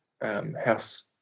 house